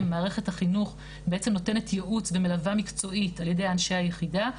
מערכת החינוך בעצם נותנת יעוץ ומלווה מקצועית על ידי אנשי היחידה,